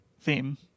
theme